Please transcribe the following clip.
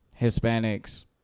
Hispanics